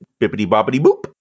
Bippity-boppity-boop